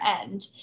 end